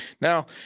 Now